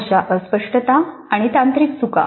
भाषा अस्पष्टता आणि तांत्रिक चुका